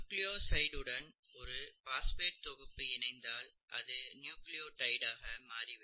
நியூக்ளியோசைடி உடன் ஒரு பாஸ்பேட் தொகுப்பு இணைந்தால் அது நியூக்ளியோடைடாக மாறிவிடும்